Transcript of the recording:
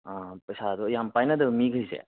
ꯄꯩꯁꯥꯗꯣ ꯌꯥꯝ ꯄꯥꯏꯅꯗꯕ ꯃꯤꯒꯩꯁꯦ